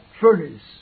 furnace